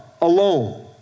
alone